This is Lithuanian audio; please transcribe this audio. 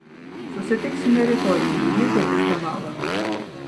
susitiksime rytoj lygiai devintą valandą